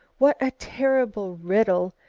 what a terrible riddle,